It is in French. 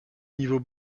niveau